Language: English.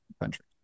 country